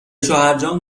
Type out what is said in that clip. شوهرجان